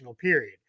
period